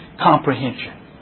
comprehension